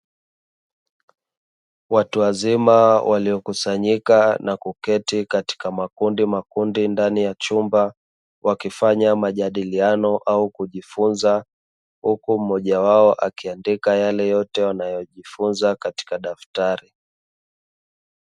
Watu wazima waliokusanyika na kuketi katika makundimakundi ndani ya chumba, wakifanya majadiliano au kujifunza huku mmoja wao akiandika yale yote wanayojifunza katika daftari.